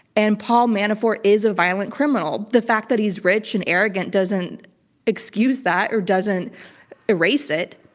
and paul manafort is a violent criminal. the fact that he's rich and arrogant doesn't excuse that or doesn't erase it.